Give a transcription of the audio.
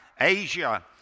Asia